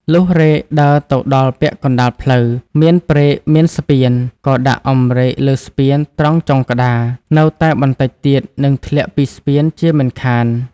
លុះរែកដើរទៅដល់កណ្តាលផ្លូវមានព្រែកមានស្ពាន ក៏ដាក់អម្រែកលើស្ពានត្រង់ចុងក្តារ នៅតែបន្តិចទៀតនឹងធ្លាក់ពីស្ពានជាមិនខាន។